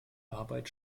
arbeit